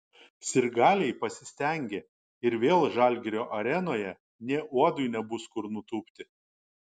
sirgaliai pasistengė ir vėl žalgirio arenoje nė uodui nebus kur nutūpti